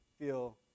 feel